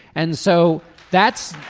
and so that's